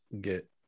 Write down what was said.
get